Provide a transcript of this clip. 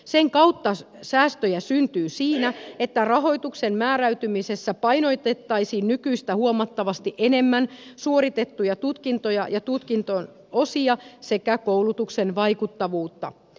sen kautta säästöjä syntyy siinä että rahoituksen määräytymisessä painotettaisiin nykyistä huomattavasti enemmän suoritettuja tutkintoja ja tutkinnon osia sekä koulutuksen vaikuttavuutta